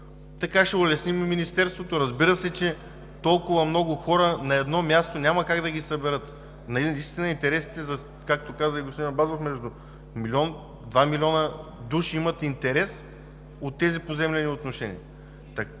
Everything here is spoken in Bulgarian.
Така ще улесним и Министерството. Разбира се, толкова много хора на едно място няма как да ги съберат. Както каза и господин Абазов, между милион и два милиона души имат интерес от тези поземлени отношения…